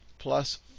plus